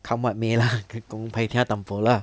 come what may lah kong pai tia dan bo lah